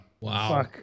Wow